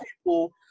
people